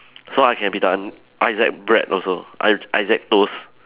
so I can be the Isaac bread also I Isaac toast